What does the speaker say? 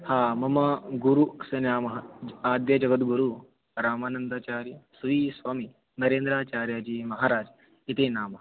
हा मम गुरोः नाम आद्यः जगद्गुरु रामानन्दचार्यः श्री स्वामी नरेन्द्राचार्यः जी महाराजः इति नाम